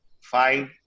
five